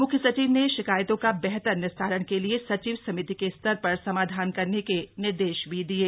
मुख्य सचिव ने शिकायतों का बेहतर निस्तारण के लिए सचिव समिति के स्तर पर समाधान करने के निर्देश भी दिये